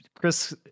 Chris